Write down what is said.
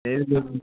లేదు